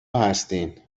هستین